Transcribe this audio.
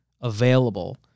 available